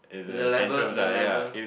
the the level the level